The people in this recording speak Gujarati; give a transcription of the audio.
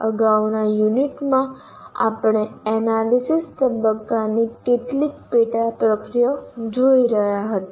અગાઉના યુનિટમાં આપણે એનાલિસિસ તબક્કાની કેટલીક પેટા પ્રક્રિયાઓ જોઈ રહ્યા હતા